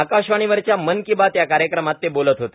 आकाशवाणीवरच्या मन की बात या कार्यक्रमात ते बोलत होते